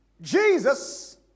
jesus